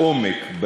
לעומק,